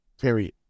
Period